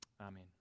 Amen